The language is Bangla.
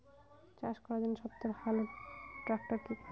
চাষ করার জন্য সবথেকে ভালো ট্র্যাক্টর কি?